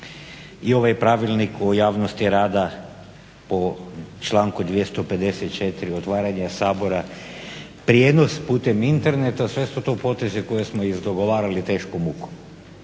I ovaj pravilni o javnosti rada po članku 254.: "Otvaranje Sabora.", prijenos putem interneta. Sve su to potezi koje smo iz dogovarali teškom mukom.